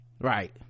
right